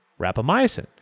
rapamycin